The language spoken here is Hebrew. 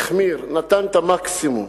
החמיר, נתן את המקסימום.